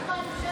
(קורא בשמות חברי הכנסת)